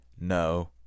No